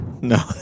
No